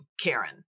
Karen